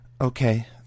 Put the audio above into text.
Okay